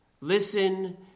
Listen